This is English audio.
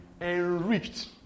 enriched